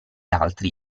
altri